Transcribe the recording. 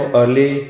early